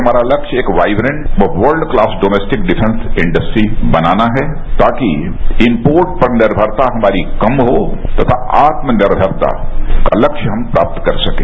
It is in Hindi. हमारा लक्ष्य एक वाईप्रेट व world class domestic defence industry बनाना है ताकि इनपोर्ट पर निर्मरता हमारी कम हो तथा आत्मनिर्भरता का लक्ष्य हम प्राप्त कर सकें